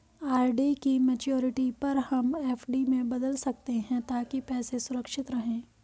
RD की maturity पर हम एफ.डी में बदल सकते है ताकि पैसे सुरक्षित रहें